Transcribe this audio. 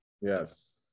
Yes